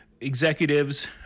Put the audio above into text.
Executives